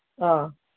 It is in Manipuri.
ꯑꯥ